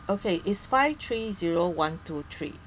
okay is five three zero one two three